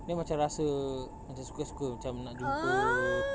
then macam rasa macam suka suka macam nak jumpa